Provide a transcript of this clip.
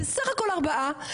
בסך הכל ארבעה,